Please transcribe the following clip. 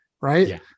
right